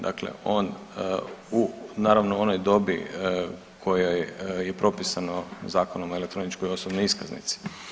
Dakle, on u naravno u onoj dobi u kojoj je propisano Zakonom o elektroničkoj osobnoj iskaznici.